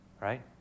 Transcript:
right